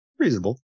reasonable